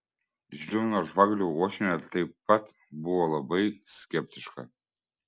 žilvino žvagulio uošvienė taip pat buvo labai skeptiška